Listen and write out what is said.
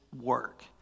work